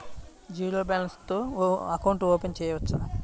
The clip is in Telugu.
జీరో బాలన్స్ తో అకౌంట్ ఓపెన్ చేయవచ్చు?